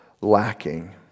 lacking